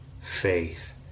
faith